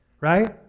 right